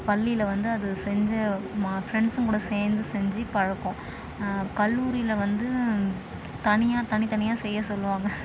பள்ளியில வந்து அதை செஞ்சு மா ஃப்ரெண்ட்ஸுங்க கூட சேர்ந்து செஞ்சு பழக்கம் கல்லூரியில வந்து தனியாக தனித்தனியாக செய்ய சொல்லுவாங்க